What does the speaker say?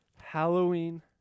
Halloween